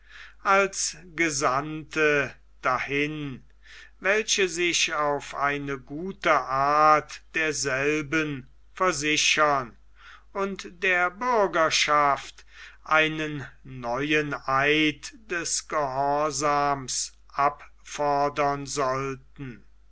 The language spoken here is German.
als gesandte dahin welche sich auf eine gute art derselben versichern und der bürgerschaft einen neuen eid des gehorsams abfordern sollten